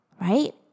right